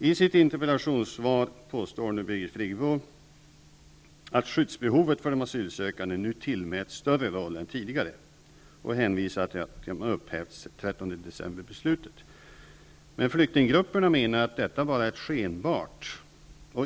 I sitt interpellationssvar påstår Birgit Friggebo att skyddsbehovet för de asylsökande nu tillmäts större roll än tidigare och hänvisar till att man upphävt 13 decemberbeslutet. Men flyktinggrupperna menar att detta bara är skenbart.